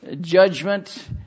judgment